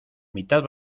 mitad